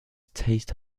taste